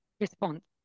response